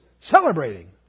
celebrating